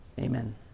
Amen